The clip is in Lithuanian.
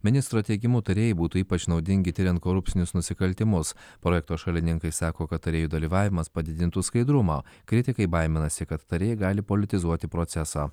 ministro teigimu tarėjai būtų ypač naudingi tiriant korupcinius nusikaltimus projekto šalininkai sako kad tarėjų dalyvavimas padidintų skaidrumą kritikai baiminasi kad tarėjai gali politizuoti procesą